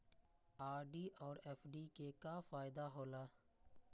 RD और FD के का फायदा हौला?